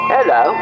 Hello